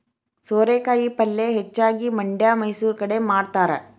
ಸೋರೆಕಾಯಿ ಪಲ್ಯೆ ಹೆಚ್ಚಾಗಿ ಮಂಡ್ಯಾ ಮೈಸೂರು ಕಡೆ ಮಾಡತಾರ